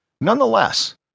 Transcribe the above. Nonetheless